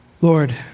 Lord